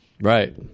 Right